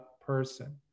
person